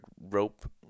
rope